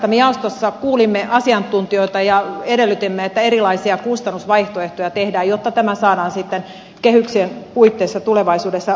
me jaostossa kuulimme asiantuntijoita ja edellytimme että erilaisia kustannusvaihtoehtoja tehdään jotta tämä saadaan kehyksien puitteissa tulevaisuudessa ratkaistua